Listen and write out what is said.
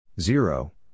Zero